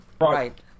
Right